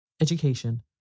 Education